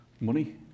money